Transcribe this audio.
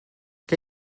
què